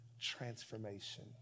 transformation